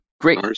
Great